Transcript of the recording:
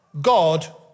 God